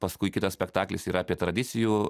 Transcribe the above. paskui kitas spektaklis yra apie tradicijų